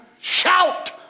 shout